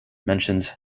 mentions